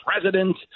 president